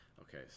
Okay